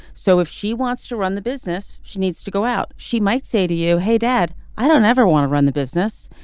so if she wants to run the business she needs to go out she might say to you hey dad i don't ever want to run the business.